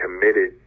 committed